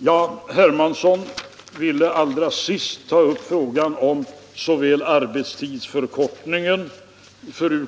Herr Hermansson ville allra sist ta upp frågan om såväl arbetstidsförkortningen